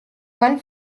one